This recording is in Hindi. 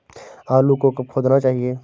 आलू को कब खोदना चाहिए?